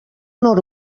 nord